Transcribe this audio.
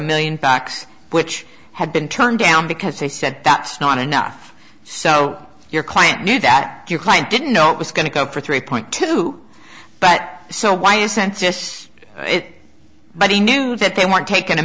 million facts which had been turned down because they said that's not enough so your client knew that your client didn't know it was going to go for three point two back so why isn't just it but he knew that they weren't taken a